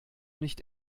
nicht